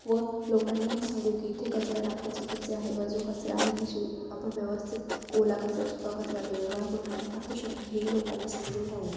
व लोकांनाही सांगू की इथे कचरा टाकणे चुकीचे आहे व जो कचरा आहे त्याची आपण व्यवस्थित ओला कचरा सुका कचरा वेगवेगळा करून आपण टाकू शकतो हेही लोकांना समजून टाकू